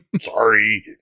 Sorry